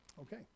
Okay